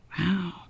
Wow